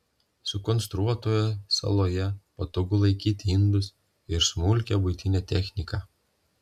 sukonstruotoje saloje patogu laikyti indus ir smulkią buitinę techniką